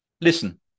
Listen